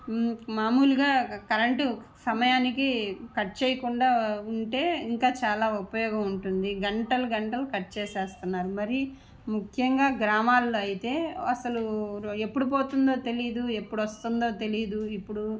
మామూలుగా కరెంటు సమయానికి కట్ చేయకుండా ఉంటే ఇంకా చాలా ఉపయోగం ఉంటుంది గంటలు గంటలు కట్ చేసేస్తున్నారు మరి ముఖ్యంగా గ్రామాల్లో అయితే అసలు ఎప్పుడు పోతుందో తెలియదు ఎప్పుడు వస్తుందో తెలియదు ఇప్పుడు